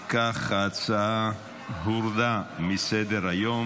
אם כך, ההצעה הורדה מסדר-היום.